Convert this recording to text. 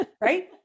right